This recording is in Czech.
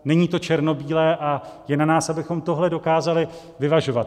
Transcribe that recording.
Není to černobílé a je na nás, abychom tohle dokázali vyvažovat.